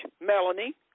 Melanie